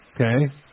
okay